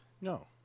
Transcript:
No